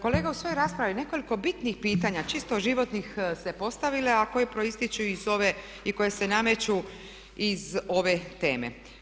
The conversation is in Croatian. Kolega je u svojoj raspravi nekoliko bitnih pitanja čisto životnih se postavilo a koji proističu iz ove i koje se nameću iz ove teme.